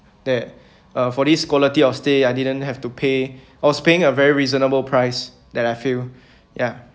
there uh for this quality of stay I didn't have to pay I was paying a very reasonable price that I feel ya